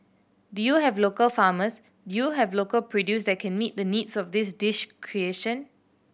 do you have local farmers do you have local produce that can meet the needs of this dish creation